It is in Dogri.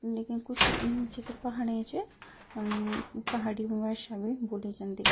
लेकिन कुछ क्षेत्रें च प्हाड़ी भाशा बी बोल्ली जंदी ऐ